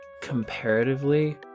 comparatively